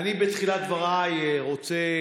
אני בתחילת דבריי רוצה